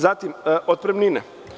Zatim, otpremnine.